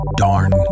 darn